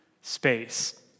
space